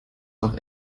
nach